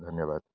ଧନ୍ୟବାଦ